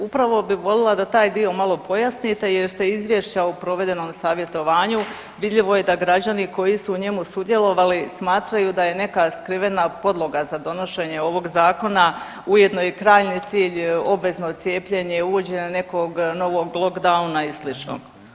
Upravo bi volila da taj dio malo pojasnite jer se iz izvješća o provedenom savjetovanju vidljivo je da građani koji su u njemu sudjelovali smatraju da je neka skrivena podloga za donošenje ovog zakona ujedno i krajnji cilj obvezno cijepljenje, uvođenje nekog novog lockdowna i sl.